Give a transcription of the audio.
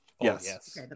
Yes